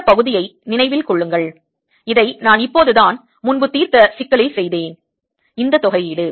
இந்த பகுதியை நினைவில் கொள்ளுங்கள் இதை நான் இப்போதுதான் முன்பு தீர்த்த சிக்கலில் செய்தேன் இந்த தொகையீடு